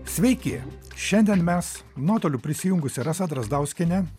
sveiki šiandien mes nuotoliu prisijungusi rasa drazdauskienė